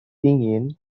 dingin